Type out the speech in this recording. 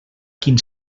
quin